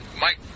Mike